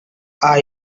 are